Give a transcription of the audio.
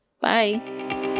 Bye